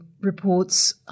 reports